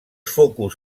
focus